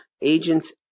agents